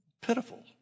pitiful